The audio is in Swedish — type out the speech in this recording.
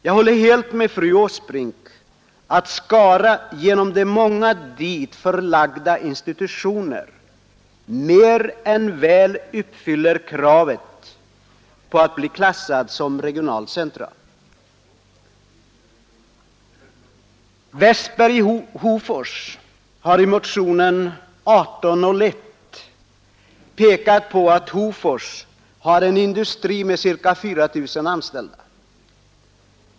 Jag håller helt med fru Åsbrink om att Skara genom de många dit förlagda institutionerna mer än väl uppfyller kravet att bli klassificerat som regionalt centrum. Herr Westberg i Hofors har i motionen 1801 pekat på att Hofors har en industri med ca 4 000 anställda.